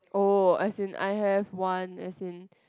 oh as in I have one as in